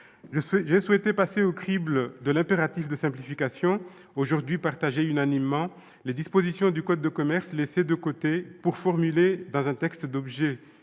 J'ai souhaité passer au crible de l'impératif de simplification, aujourd'hui partagé unanimement, les dispositions du code de commerce laissées de côté, pour formuler dans un texte à l'objet